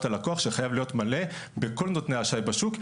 ללקוח שחייב להיות מלא בכל נותני אשראי בשוק,